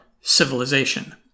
civilization